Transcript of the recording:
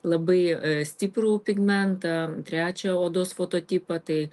labai stiprų pigmentą trečią odos fototipą tai